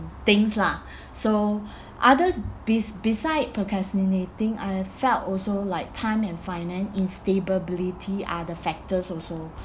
things lah so other bes~ beside procrastinating I felt also like time and finance instability are the factors also